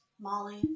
Molly